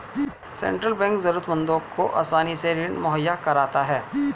central bank जरूरतमंदों को आसानी से ऋण मुहैय्या कराता है